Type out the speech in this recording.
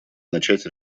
начать